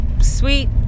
sweet